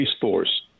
Force